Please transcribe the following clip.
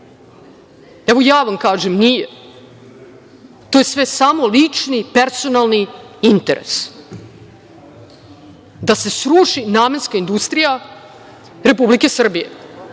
Evo, ja vam kažem, nije. To je sve samo lični, personalni interes, da se sruši namenska industrija Republike Srbije,